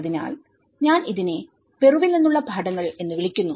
അതിനാൽ ഞാൻ ഇതിനെ പെറുവിൽ നിന്നുള്ള പാഠങ്ങൾ എന്ന് വിളിക്കുന്നു